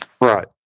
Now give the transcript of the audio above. Right